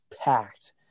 packed